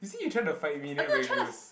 you see you trying to fight me then very gross